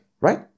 right